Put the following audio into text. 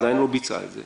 עדיין לא ביצעה את זה